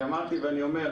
אמרתי ואני אומר,